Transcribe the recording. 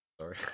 Sorry